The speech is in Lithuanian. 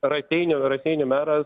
raseinių raseinių meras